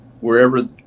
wherever